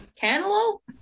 Cantaloupe